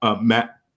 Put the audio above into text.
Matt